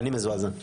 אני מזועזע.